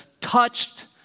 touched